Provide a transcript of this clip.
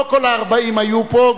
לא כל ה-40 היו פה,